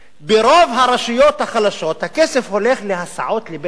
ברוב הרשויות החלשות הכסף הולך להסעות לבית-חולים.